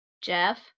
Jeff